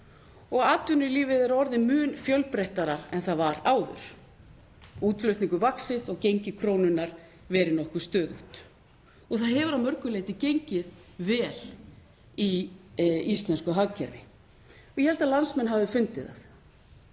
og atvinnulífið er orðið mun fjölbreyttara en það var áður. Útflutningur hefur vaxið og gengi krónunnar verið nokkuð stöðugt. Það hefur að mörgu leyti gengið vel í íslensku hagkerfi og ég held að landsmenn hafi fundið það.